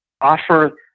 offer